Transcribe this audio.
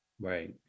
Right